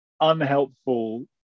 unhelpful